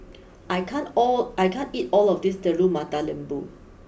I can't all I can't eat all of this Telur Mata Lembu